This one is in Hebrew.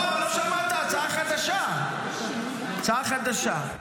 אבל לא שמעת, הצעה חדשה, הצעה חדשה.